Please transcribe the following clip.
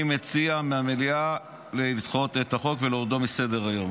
אני מציע למליאה לדחות את החוק ולהורידו מסדר-היום.